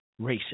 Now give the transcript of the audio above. racist